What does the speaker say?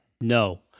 No